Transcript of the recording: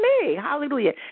hallelujah